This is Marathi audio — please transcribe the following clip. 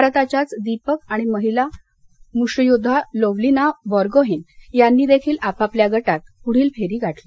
भारताच्याच दीपक आणि महिला मुष्टीयोद्वा लोव्लीना बोगोंहैन यांनी देखील आपआपल्या गटात पुढील फेरी गाठली